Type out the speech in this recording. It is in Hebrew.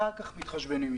אחר כך תתחשבנו איתם.